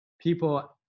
people